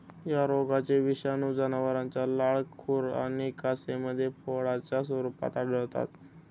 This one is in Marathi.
या रोगाचे विषाणू जनावरांच्या लाळ, खुर आणि कासेमध्ये फोडांच्या स्वरूपात आढळतात